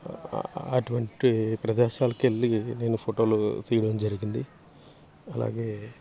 అటువంటి ప్రదేశాలకెళ్ళి నేను ఫోటోలు తీయడం జరిగింది అలాగే